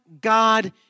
God